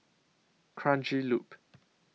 Kranji Loop